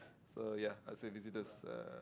so ya I would say visitors uh